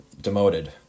demoted